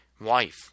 wife